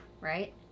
Right